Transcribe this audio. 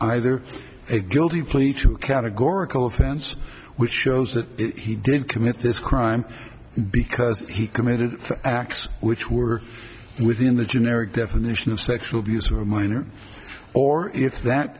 either a guilty plea to categorical offense which shows that he did commit this crime because he committed acts which were within the generic definition of sexual abuse or a minor or if that